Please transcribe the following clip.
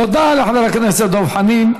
תודה לחבר הכנסת דב חנין.